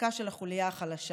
כחוזקה של החוליה החלשה.